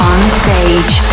On-stage